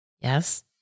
yes